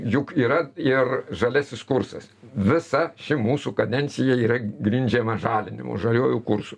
juk yra ir žaliasis kursas visa ši mūsų kadencija yra grindžiama žalinimu žaliuoju kursu